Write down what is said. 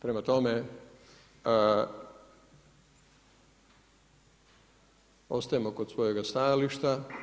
Prema tome, ostajemo kod svojega stajališta.